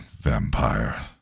vampire